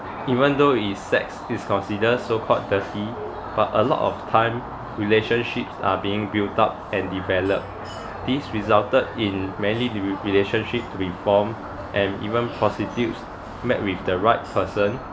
even though is sex is consider so called dirty but a lot of time relationships are being built up and develop this resulted in many relationship to be formed and even prostitutes met with the right person